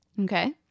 Okay